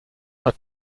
are